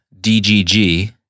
DGG